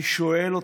אני שואל אתכם: